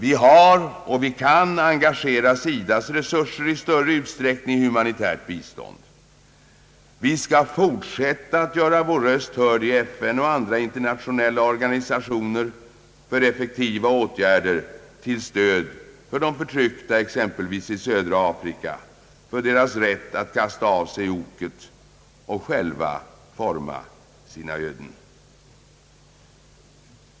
Vi har engagerat och vi kan engagera SIDA:s resurser i större utsträckning för humanitärt bistånd. Vi skall fortsätta att i FN och andra internationella organisationer göra vår röst hörd för effektiva åtgärder till stöd för de förtryckta exempelvis i södra Afrika, för deras rätt att kasta av sig oket och att själva forma sina öden.